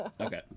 Okay